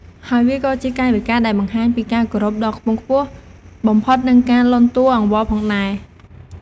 ហើយវាក៏ជាកាយវិការដែលបង្ហាញពីការគោរពដ៏ខ្ពង់ខ្ពស់បំផុត និងការលន់តួអង្វរផងដែរ។